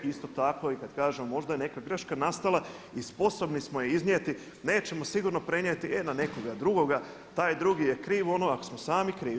Isto tako i kada kažemo možda je neka greška nastala i sposobni smo je iznijeti, nećemo sigurno prenijeti e na nekoga drugoga, taj drugi je kriv ako smo sami krivi.